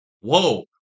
whoa